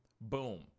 boom